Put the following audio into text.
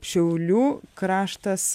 šiaulių kraštas